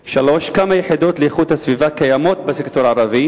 3. כמה יחידות לאיכות הסביבה קיימות בסקטור הערבי